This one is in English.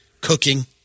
cooking